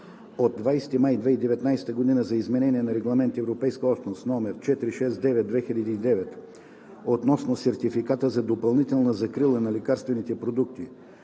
от 20 май 2019 г. за изменение на Регламент (ЕО) № 469/2009 относно сертификата за допълнителна закрила на лекарствените продукти